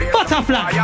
Butterfly